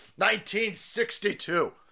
1962